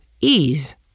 ease